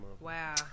Wow